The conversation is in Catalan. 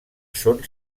són